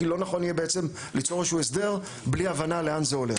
כי לא נכון יהיה בעצם ליצור איזשהו הסדר בלי הבנה לאן זה הולך.